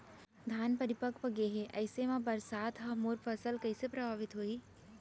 धान परिपक्व गेहे ऐसे म बरसात ह मोर फसल कइसे प्रभावित होही?